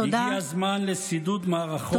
הגיע הזמן לשידוד מערכות.